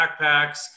backpacks